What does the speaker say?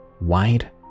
wide